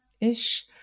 Ish